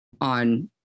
on